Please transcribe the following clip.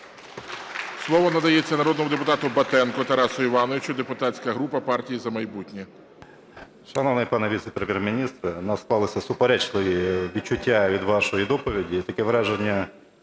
Слово надається народному депутату Батенку Тарасу Івановичу, депутатська група "Партії "За майбутнє".